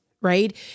right